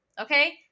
okay